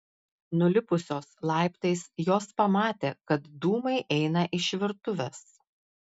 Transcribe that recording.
nulipusios laiptais jos pamatė kad dūmai eina iš virtuvės